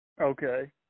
Okay